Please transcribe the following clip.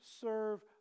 serve